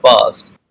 past